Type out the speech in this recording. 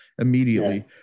immediately